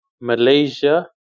Malaysia